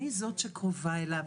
אני זאת שקרובה אליו,